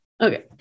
Okay